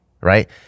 right